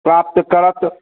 प्राप्त करत